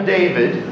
David